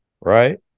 right